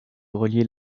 relier